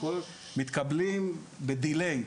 מתקבלים באיחור,